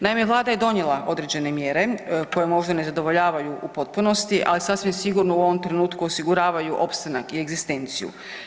Naime, Vlada je donijela određene mjere koje možda ne zadovoljavaju u potpunosti, ali sasvim sigurno u ovom trenutku osiguravaju opstanak i egzistenciju.